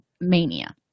mania